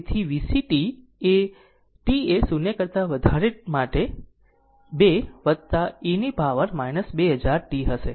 તેથી VCt એ t એ 0 કરતાં વધારે માટે 2 e ની પાવર 2000 t હશે